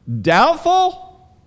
Doubtful